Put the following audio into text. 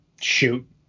Shoot